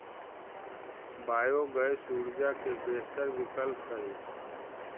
biogas ऊर्जा के बेहतर विकल्प हई